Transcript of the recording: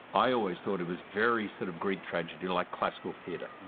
i always thought it was very sort of greek tragedy, like classical theater.